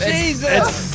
Jesus